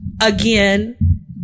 again